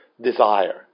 desire